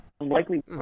unlikely